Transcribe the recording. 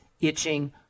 itching